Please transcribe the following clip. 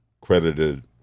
credited